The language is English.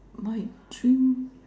my dream